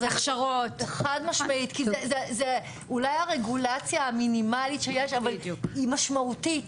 כי זה אולי הרגולציה המינימאלית שיש אבל היא משמעותית.